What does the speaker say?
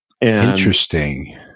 Interesting